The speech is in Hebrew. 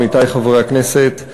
עמיתי חברי הכנסת,